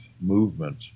movement